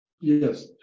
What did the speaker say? Yes